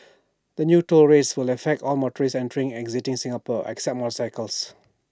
the new toll rates will affect all motorists entering and exiting Singapore except motorcyclists